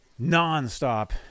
nonstop